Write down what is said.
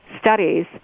studies